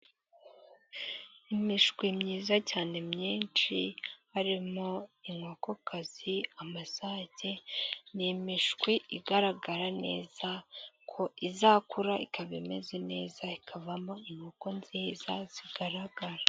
Imishwi myiza cyane myinshi, harimo inkokokazi, amasake. Ni imishwi igaragara neza ko izakura, ikaba imeze neza ikavamo inkoko nziza zigaragara.